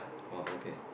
oh okay